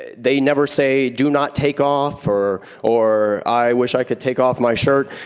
they never say, do not take off, or or i wish i could take off my shirt,